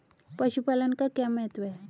पशुपालन का क्या महत्व है?